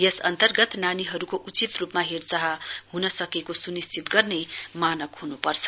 यस अन्तर्गत नानीहरूको उचित रूपमा हेर्चाह हुन सकेको सुनिश्चित गर्ने मानक हुनुपर्छ